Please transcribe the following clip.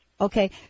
Okay